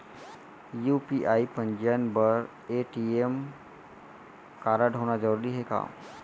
UPI पंजीयन बर ATM कारडहोना जरूरी हे का?